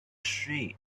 sheep